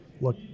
look